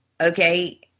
okay